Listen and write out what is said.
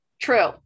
true